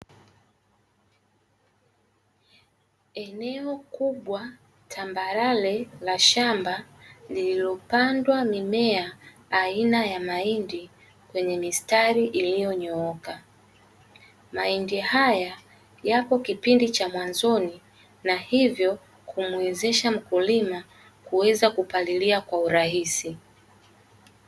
Eneo kubwa tambarare la shamba lililopandwa mimea aina ya mahindi kwenye mistari iliyonyooka. Mahindi haya yapo kipindi cha mwanzoni na hivyo kumuwezesha mkulima kuweza kupalilia kwa urahisi.